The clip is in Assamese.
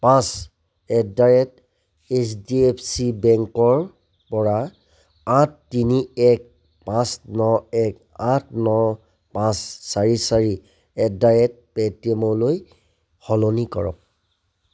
পাঁচ at the rate H D F C বেংকৰ পৰা আঠ তিনি এক পাঁচ ন এক আঠ ন পাঁচ চাৰি চাৰি এট ড্য়া ৰেট পে' টি এমলৈ সলনি কৰক